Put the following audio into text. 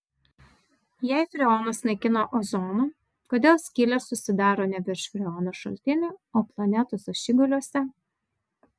jei freonas naikina ozoną kodėl skylės susidaro ne virš freono šaltinių o planetos ašigaliuose